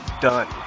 done